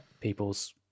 people's